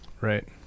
right